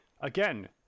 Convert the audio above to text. again